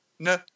No